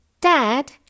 Dad